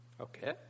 Okay